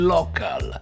Local